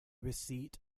receipt